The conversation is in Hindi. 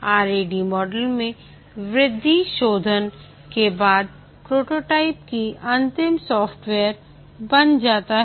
RAD मॉडल में वृद्धि शोधन के बाद प्रोटोटाइप ही अंतिम सॉफ्टवेयर बन जाता है